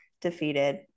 defeated